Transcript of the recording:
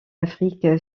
afrique